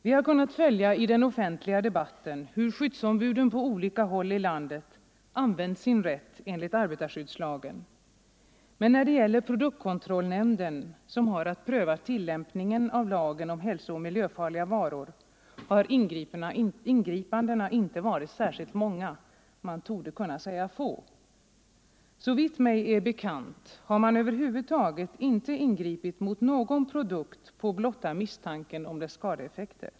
Vi har i den offentliga debatten kunnat följa hur skyddsombuden på olika håll i landet använt sin rätt enligt arbetarskyddslagen, men när det gäller produktkontrollnämnden, som har att pröva tillämpningen av lagen om hälsooch miljöfarliga varor, har ingripandena inte varit särskilt många — man torde kunna säga att de varit få. Såvitt mig är bekant har man över huvud taget inte ingripit mot någon produkt på blotta misstanken om dess skadeeffekter.